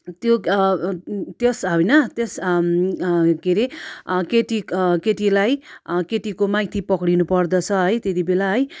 त्यो त्यस होइन त्यस के अरे केटी केटीलाई केटीको माइती पक्रिनु पर्दछ है त्यति बेला है